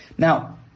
Now